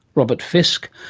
robert fisk,